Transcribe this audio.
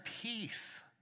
peace